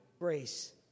grace